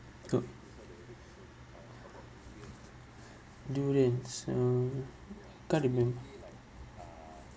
could durians um can't remember